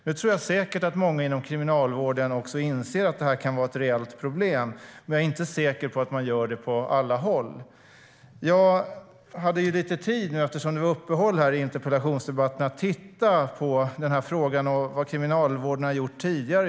Nu tror jag säkert att många inom Kriminalvården inser att radikalisering kan vara ett reellt problem, men jag är inte säker på att man gör det på alla håll. Under uppehållet i interpellationsdebatten hade jag tid att titta på frågan och vad Kriminalvården har gjort tidigare.